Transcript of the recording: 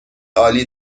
عالی